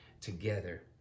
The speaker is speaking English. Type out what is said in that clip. together